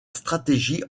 stratégie